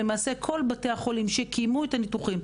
למעשה כל בתי החולים שקיימו את הניתוחים,